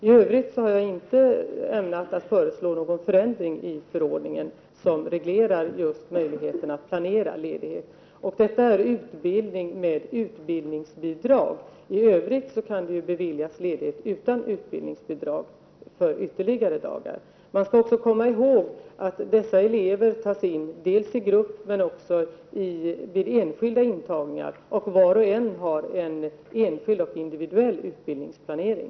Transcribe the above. I övrigt ämnar jag inte föreslå någon förändring av den förordning som reglerar möjligheten att planera ledighet. Det gäller utbildning med utbildningsbidrag. Det finns möjlighet att bevilja ledighet utan utbildningsbidrag för ytterligare dagar. Man skall också komma ihåg att dessa elever tas in dels i grupp, dels vid enskilda intagningar, och var och en har en enskild och individuell utbildningsplanering.